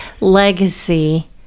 legacy